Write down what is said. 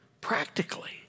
Practically